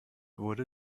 wurde